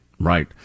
Right